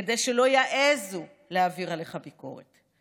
כדי שלא יעזו להעביר עליך ביקורת.